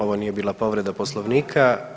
Ovo nije bila povreda Poslovnika.